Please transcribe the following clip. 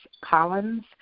Collins